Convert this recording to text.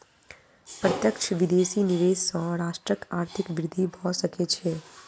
प्रत्यक्ष विदेशी निवेश सॅ राष्ट्रक आर्थिक वृद्धि भ सकै छै